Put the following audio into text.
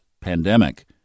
pandemic